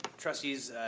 trustees,